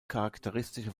charakteristische